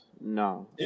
no